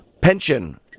Pension